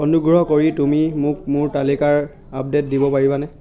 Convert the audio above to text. অনুগ্ৰহ কৰি তুমি মোক মোৰ তালিকাৰ আপডেট দিব পাৰিবানে